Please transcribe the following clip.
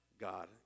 God